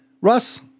Russ